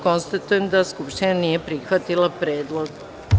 Konstatujem da Narodna skupština nije prihvatila predlog.